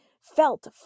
felt